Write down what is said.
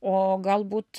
o galbūt